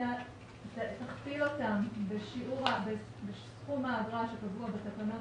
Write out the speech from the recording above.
תכפיל אותם בסכום האגרה שקבוע בתקנות